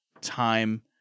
time